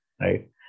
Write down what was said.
right